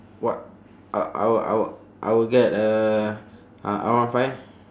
what uh I w~ I w~ I will get a uh R one five